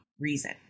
reason